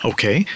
Okay